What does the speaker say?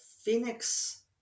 phoenix